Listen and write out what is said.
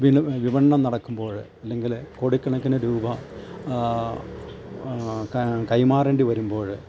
വിപണനം വിപണനം നടക്കുമ്പോൾ അല്ലെങ്കിൽ കോടിക്കണക്കിന് രൂപ കൈമാറേണ്ടി വരുമ്പോൾ